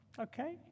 Okay